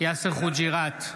יאסר חוג'יראת,